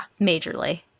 majorly